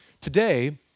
Today